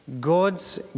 God's